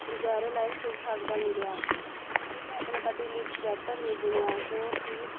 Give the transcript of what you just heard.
ਗੁਜ਼ਾਰੇ like ਠੀਕ ਠਾਕ ਬਣ ਗਿਆ ਫਿਰ ਮੈਂ ਆਪਣੇ ਪਤੀ ਲਈ ਇੱਕ ਸਵੈਟਰ ਵੀ ਬੁਣਿਆ ਜੋ ਕਿ